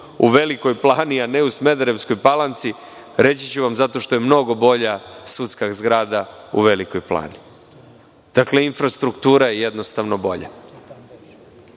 u Velikoj Plani, a ne u Smederevskoj Palanci, reći ću vam zato što je mnogo bolja sudska zgrada u Velikoj Plani. Dakle, infrastruktura je jednostavno bolja. Da